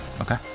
Okay